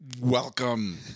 Welcome